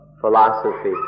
philosophy